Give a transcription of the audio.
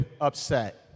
upset